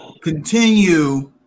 continue